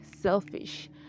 selfish